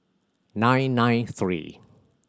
nine nine three